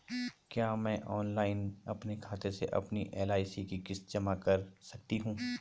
क्या मैं ऑनलाइन अपने खाते से अपनी एल.आई.सी की किश्त जमा कर सकती हूँ?